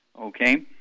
okay